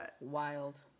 wild